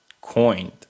coined